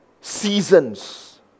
seasons